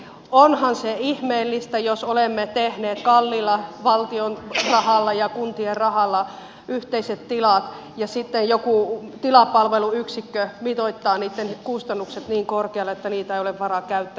onhan se ihmeellistä jos olemme tehneet kalliilla valtion rahalla ja kuntien rahalla yhteiset tilat ja sitten joku tilapalveluyksikkö mitoittaa niitten kustannukset niin korkealle että niitä ei ole varaa käyttää